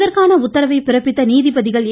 இதற்கான உத்தரவை பிறப்பித்த நீதிபதிகள் ஏ